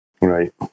right